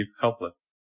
helpless